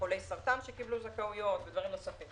חולי סרטן שקיבלו זכאויות ודברים נוספים,